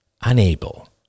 unable